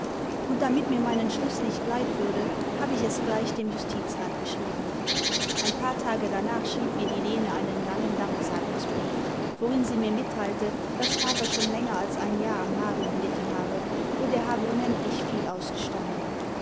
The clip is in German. und damit mir mein entschluß nicht leid würde habe ich es gleich dem justizrat geschrieben ein paar tage danach schrieb mir die lene einen langen danksagungsbrief worin sie mir mitteilte daß vater schon länger als ein jahr am magen gelitten habe und er habe unendlich viel ausgestanden